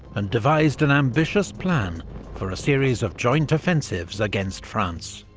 and devised an ambitious plan for a series of joint offensives against france.